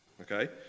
Okay